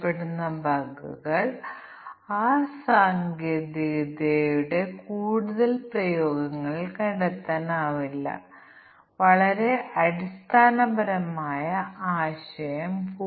ചെറിയ ക്യാപ് എല്ലാ cap equalise superscript subscript തുടങ്ങിയവ തിരഞ്ഞെടുക്കുന്നുണ്ടോ എന്നതിനെ ആശ്രയിച്ച് ഇവിടെ കാണുക